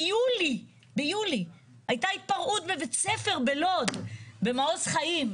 ביולי הייתה התפרעות בבית ספר בלוד, במעוז חיים.